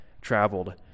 traveled